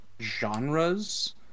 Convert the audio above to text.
genres